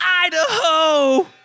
Idaho